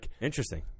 Interesting